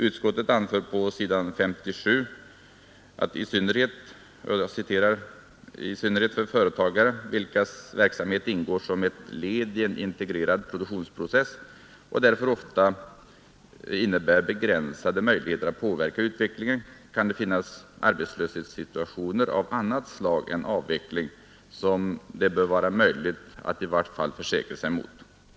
Utskottet anför på s. 57 bl.a. följande: ”I synnerhet för företagare, vilkas verksamhet ingår såsom ett led i en integrerad produktionsprocess och därför ofta innebär begränsade möjligheter att påverka utvecklingen, kan det finnas arbetslöshetssituationer av annat slag än avveckling som det bör vara möjligt att i vart fall försäkra sig emot.